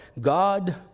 God